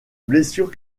blessure